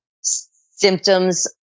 Symptoms